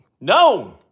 No